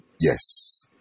Yes